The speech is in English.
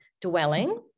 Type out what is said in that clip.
Dwelling